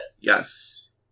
Yes